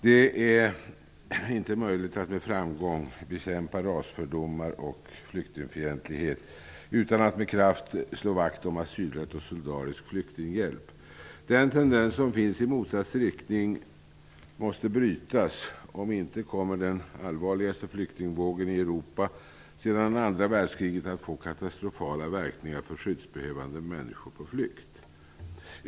Det är inte möjligt att med framgång bekämpa rasfördomar och flyktingfientlighet utan att med kraft slå vakt om asylrätt och solidarisk flyktinghjälp. Den tendens som finns i motsatt riktning måste brytas. Om inte, kommer den allvarligaste flyktingvågen i Europa sedan andra världskriget att få katastrofala verkningar för skyddsbehövande människor på flykt.